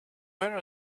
where